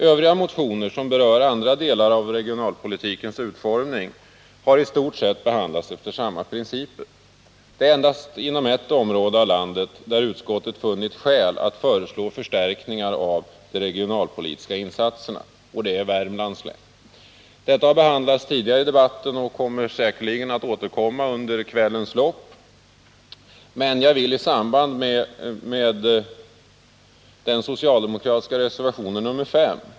Övriga motioner, som berör andra delar av regionalpolitikens utformning, har i stort behandlats efter samma principer. Det är endast inom ett område av landet som utskottet funnit skäl att föreslå förstärkningar av de regionalpolitiska insatserna, och det är Värmlands län. Detta har behandlats tidigare i debatten och kommer säkerligen att återigen tas upp under kvällens lopp, men också jag vill kommentera frågan i samband med den socialdemokratiska reservationen nr 5.